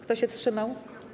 Kto się wstrzymał?